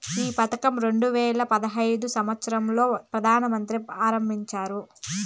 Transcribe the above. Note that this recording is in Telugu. ఈ పథకం రెండు వేల పడైదు సంవచ్చరం లో ప్రధాన మంత్రి ఆరంభించారు